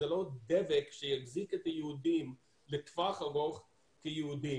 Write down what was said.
זה לא דבק שיחזיק את היהודים לטווח הארוך כיהודים.